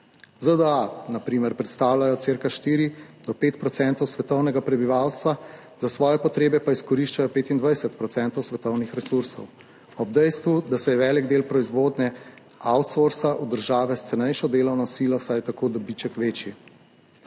predstavljajo cirka 4 do 5 % svetovnega prebivalstva, za svoje potrebe pa izkoriščajo 25 % svetovnih resursov, ob dejstvu, da se velik del proizvodnje outsourca v države s cenejšo delovno silo, saj je tako dobiček večji.